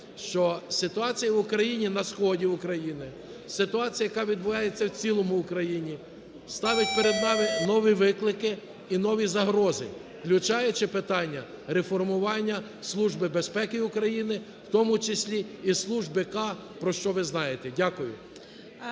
що ситуація в Україні, на сході України, ситуація яка відбувається в цілому в Україні, ставить перед нами нові виклики і нові загрози, включаючи питання реформування Служби безпеки України, в тому числі і Служби "К", про що ви знаєте. Дякую.